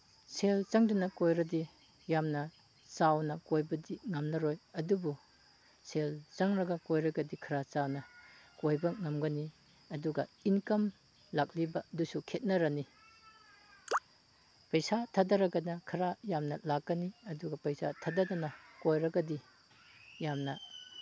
ꯁꯦꯜ ꯆꯪꯗꯅ ꯀꯣꯏꯔꯗꯤ ꯌꯥꯝꯅ ꯆꯥꯎꯅ ꯀꯣꯏꯕꯗꯤ ꯉꯝꯂꯔꯣꯏ ꯑꯗꯨꯕꯨ ꯁꯦꯜ ꯆꯪꯂꯒ ꯀꯣꯏꯔꯒꯗꯤ ꯈꯔ ꯆꯥꯎꯅ ꯀꯣꯏꯕ ꯉꯝꯒꯅꯤ ꯑꯗꯨꯒ ꯏꯟꯀꯝ ꯂꯥꯛꯂꯤꯕ ꯑꯗꯨꯁꯨ ꯈꯦꯅꯔꯅꯤ ꯄꯩꯁꯥ ꯊꯥꯗꯔꯒꯅ ꯈꯔ ꯌꯥꯝꯅ ꯂꯥꯛꯀꯅꯤ ꯑꯗꯨꯒ ꯄꯩꯁꯥ ꯊꯥꯗꯗꯅ ꯀꯣꯏꯔꯒꯗꯤ ꯌꯥꯝꯅ